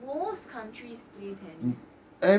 most countries play tennis